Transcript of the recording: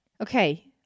Okay